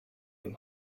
and